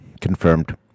Confirmed